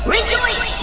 Rejoice